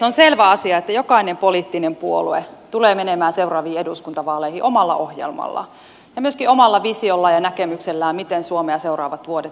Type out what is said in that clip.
on selvä asia että jokainen poliittinen puolue tulee menemään seuraaviin eduskuntavaaleihin omalla ohjelmallaan ja myöskin omalla visiollaan ja näkemyksellään miten suomea seuraavat vuodet tullaan kehittämään